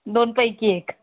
दोनपैकी एक